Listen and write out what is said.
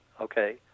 okay